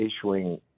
issuing